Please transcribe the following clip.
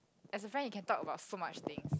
as a friend you can talk about so much things